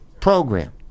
program